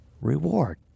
reward